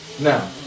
Now